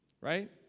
Right